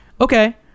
okay